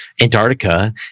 Antarctica